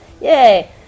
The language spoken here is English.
yay